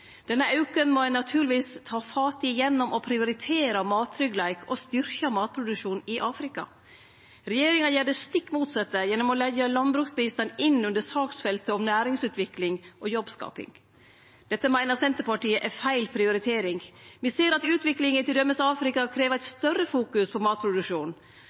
gjennom å prioritere mattryggleik og styrkje matproduksjonen i Afrika. Regjeringa gjer det stikk motsette gjennom å leggje landbruksbistand inn under saksfeltet om næringsutvikling og jobbskaping. Dette meiner Senterpartiet er feil prioritering. Me ser at utviklinga i t.d. Afrika krev eit sterkare fokus på matproduksjon.